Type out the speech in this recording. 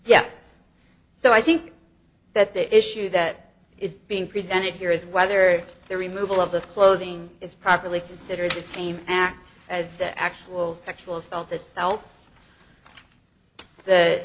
yes so i think that the issue that is being presented here is whether the removal of the clothing is properly considered the same act as the actual sexual assault that felt that